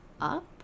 up